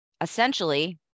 essentially